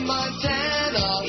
Montana